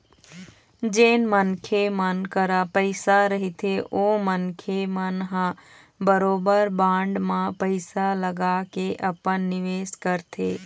जेन मनखे मन करा पइसा रहिथे ओ मनखे मन ह बरोबर बांड म पइसा लगाके अपन निवेस करथे